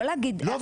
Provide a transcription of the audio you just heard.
לא להגיד --- לא,